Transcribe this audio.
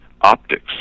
Optics